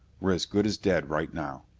we're as good as dead right now.